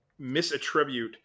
misattribute